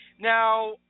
Now